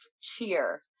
cheer